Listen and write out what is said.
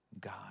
God